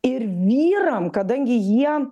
ir vyram kadangi jie